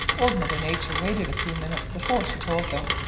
old mother nature waited a few minutes before she told them.